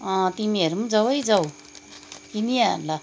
अँ तिमीहरू पनि जाऊ है जाऊ किनिहाल